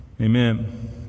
Amen